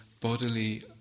bodily